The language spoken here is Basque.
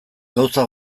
gauza